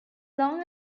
long